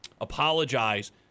apologize